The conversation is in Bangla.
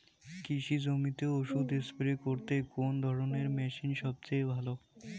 কৃষি জমিতে ওষুধ স্প্রে করতে কোন ধরণের মেশিন সবচেয়ে ভালো?